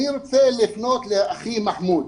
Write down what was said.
אני רוצה לפנות לאחי מחמוד.